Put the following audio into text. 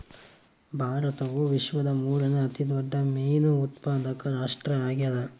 ಭಾರತವು ವಿಶ್ವದ ಮೂರನೇ ಅತಿ ದೊಡ್ಡ ಮೇನು ಉತ್ಪಾದಕ ರಾಷ್ಟ್ರ ಆಗ್ಯದ